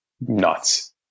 nuts